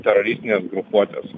teroristinės grupuotės